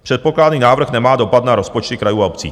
Předpokládaný návrh nemá dopad na rozpočty krajů a obcí.